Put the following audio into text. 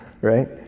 right